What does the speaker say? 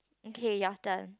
okay your turn